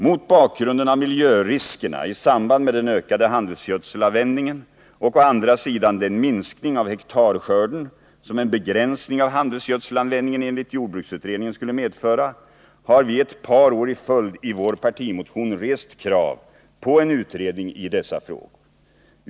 Mot bakgrunden av miljöriskerna i samband med den ökade handelsgödselanvändningen och å andra sidan den minskning av hektarskörden som en begränsning av handelsgödselanvändningen enligt jordbruksutredningen skulle medföra har vi ett par år i följd i vår partimotion rest krav på en utredning i dessa frågor.